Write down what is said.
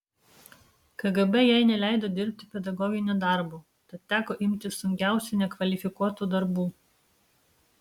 kgb jai neleido dirbti pedagoginio darbo tad teko imtis sunkiausių nekvalifikuotų darbų